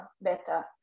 better